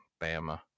Bama